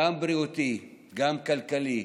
גם בריאותי, גם כלכלי,